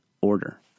order